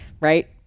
right